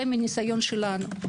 זה מניסיון שלנו.